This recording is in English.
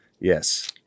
Yes